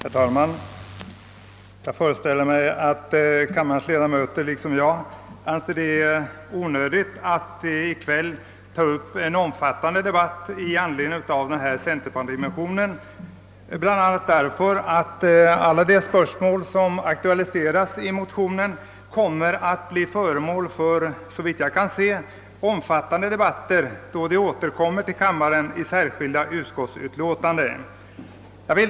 Herr talman! Jag föreställer mig att kammarens Övriga ledamöter i likhet med mig anser det onödigt att i kväll ta upp en omfattande debatt i anledning av dessa centerpartimotioner, bl.a. därför att alla de spörsmål som aktualiseras i motionerna, såvitt jag kan se, kommer att bli föremål för diskussion då de återkommer till kammaren i särskilda utskottsutlåtanden.